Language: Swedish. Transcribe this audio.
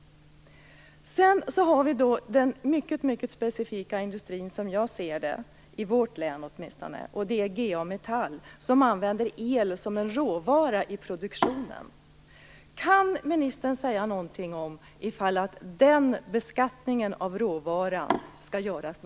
Sedan har vi den, som jag ser saken synnerligen specifika industri i vårt län, nämligen G A Metall AB, som använder el som råvara i produktionen. Kan ministern tala om ifall det skall göras något åt beskattningen av den råvaran?